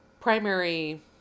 primary